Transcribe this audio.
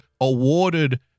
awarded